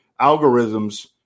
algorithms